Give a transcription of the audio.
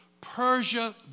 Persia